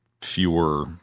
fewer